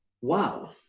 Wow